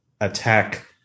attack